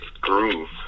groove